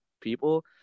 people